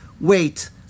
Wait